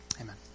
Amen